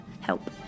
help